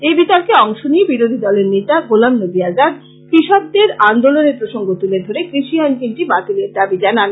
এই বিতর্কে অংশ নিয়ে বিরোধী দলের নেতা গোলাম নবী আজাদ কৃষকদের আন্দোলনের প্রসঙ্গ তুলে ধরে কৃষি আইন তিনটি বাতিলের দাবী জানান